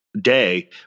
day